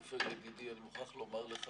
עפר ידידי, אני מוכרח לומר לך